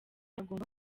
hagomba